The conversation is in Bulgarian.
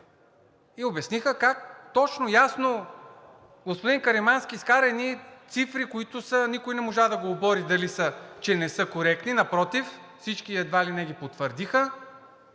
и обясниха как точно и ясно – господин Каримански изкара едни цифри, никой не можа да го обори дали са и че не са коректни, напротив всички едва ли не го потвърдиха,